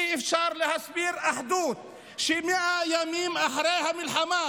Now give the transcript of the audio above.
אי-אפשר להסביר אחדות כאשר 100 ימים אחרי המלחמה